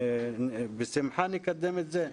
ובשמחה נקדם את זה.